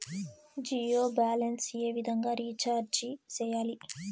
Jio balance ఏ విధంగా recharge సేయాలి?